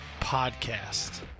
Podcast